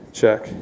check